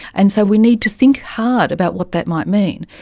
and so we need to think hard about what that might mean.